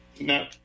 No